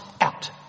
out